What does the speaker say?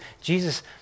Jesus